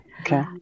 okay